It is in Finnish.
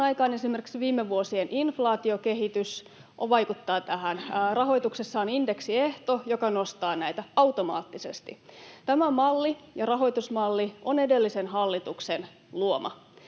aikaan esimerkiksi viime vuosien inflaatiokehitys vaikuttaa tähän. Rahoituksessa on indeksiehto, joka nostaa näitä automaattisesti. Tämä malli ja rahoitusmalli on edellisen hallituksen luoma,